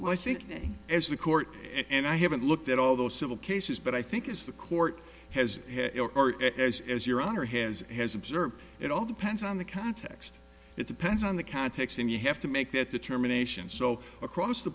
think as the court and i haven't looked at all those civil cases but i think it's the court has as as your honor has has observed it all depends on the context it depends on the context and you have to make that determination so across the